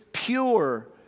Pure